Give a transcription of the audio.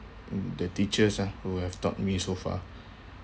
mm the teachers lah who have taught me so far